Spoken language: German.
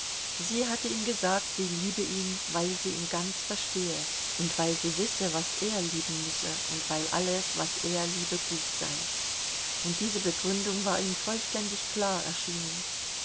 sie hatte ihm gesagt sie liebe ihn weil sie ihn ganz verstehe und weil sie wisse was er lieben müsse und weil alles was er liebe gut sei und diese begründung war ihm vollständig klar erschienen